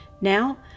Now